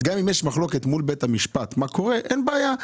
אם יש מחלוקת מול בית המשפט, אין בעיה.